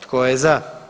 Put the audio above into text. Tko je za?